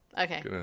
Okay